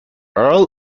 earl